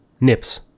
Nips